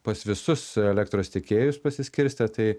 pas visus elektros tiekėjus pasiskirstę tai